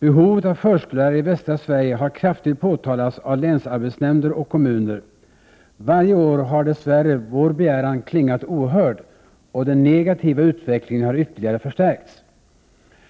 Behovet av förskollärare i västra Sverige har kraftigt påtalats av länsarbetshämnder och kommuner. Varje år har dess värre vår begäran klingat ohörd, och den negativa utvecklingen har ytterligare förstärkts.